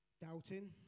doubting